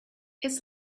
its